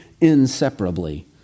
inseparably